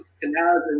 Canals